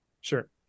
Sure